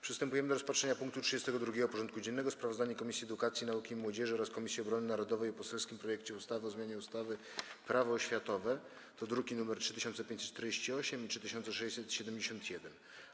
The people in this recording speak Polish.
Przystępujemy do rozpatrzenia punktu 32. porządku dziennego: Sprawozdanie Komisji Edukacji, Nauki i Młodzieży oraz Komisji Obrony Narodowej o poselskim projekcie ustawy o zmianie ustawy Prawo oświatowe (druki nr 3548 i 3671)